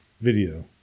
Video